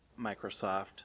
Microsoft